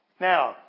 now